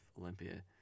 Olympia